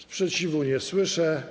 Sprzeciwu nie słyszę.